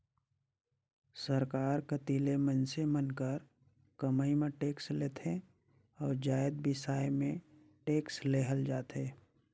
सरकार कती ले मइनसे मन कर कमई म टेक्स लेथे अउ जाएत बिसाए में टेक्स लेहल जाथे